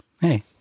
hey